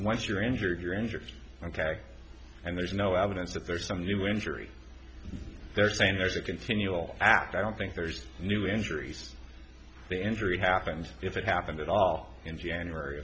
once you're injured you're injured ok and there's no evidence that there's some new injury they're saying there's a continual act i don't think there's new injuries the injury happened if it happened at all in january